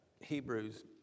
Hebrews